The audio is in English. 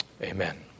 Amen